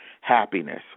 Happiness